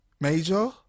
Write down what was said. major